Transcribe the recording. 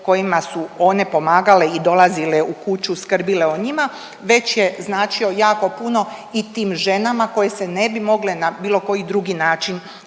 kojima su one pomagale i dolazile u kuću, skrbile o njima već je značio jako puno i tim ženama koje se ne bi mogle na bilo koji drugi način